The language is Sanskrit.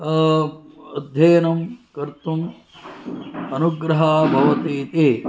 अध्ययनं कर्तुं अनुग्रहः भवति इति